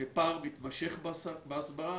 פער מתמשך בהסברה.